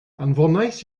anfonais